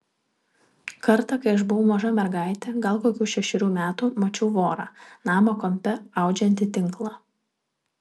kartą kai aš buvau maža mergaitė gal kokių šešerių metų mačiau vorą namo kampe audžiantį tinklą